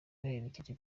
baherekeje